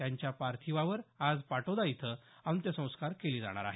त्यांच्या पार्थिवावर आज पाटोदा इथं अंत्यसंस्कार केले जाणार आहेत